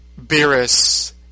Beerus